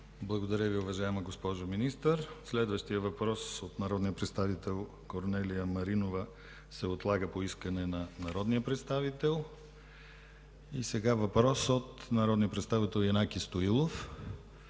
Благодаря Ви, уважаема госпожо Министър. Следващият въпрос от народния представител Корнелия Маринова се отлага по искане на народния представител. Въпрос от народния представител Янаки Стоилов